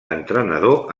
entrenador